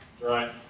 Right